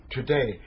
Today